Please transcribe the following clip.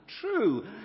true